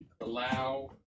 allow